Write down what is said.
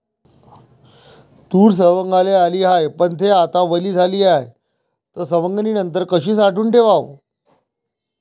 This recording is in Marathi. तूर सवंगाले आली हाये, पन थे आता वली झाली हाये, त सवंगनीनंतर कशी साठवून ठेवाव?